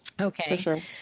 Okay